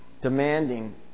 demanding